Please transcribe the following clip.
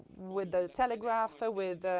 with the telegraph, with